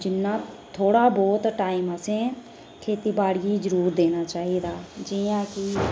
जिन्ना थोह्ड़ा बहुत टाइम असें खेतीबाड़ियें गी जरूर देना चाहिदा जियां कि